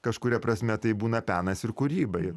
kažkuria prasme tai būna penas ir kūrybai